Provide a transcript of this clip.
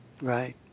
Right